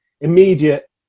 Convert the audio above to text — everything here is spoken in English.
immediate